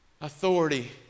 Authority